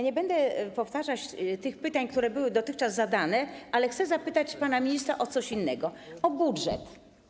Nie będę powtarzać tych pytań, które były dotychczas zadane, ale chcę zapytać pana ministra o coś innego - o budżet.